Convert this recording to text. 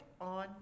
on